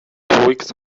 tweaks